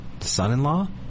Son-in-Law